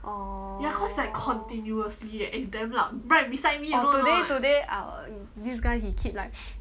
oh oh today today our this guy he keep like